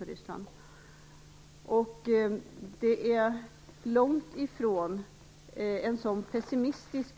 Utvecklingen i Ryssland är långt ifrån så pessimistisk